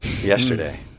yesterday